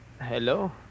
Hello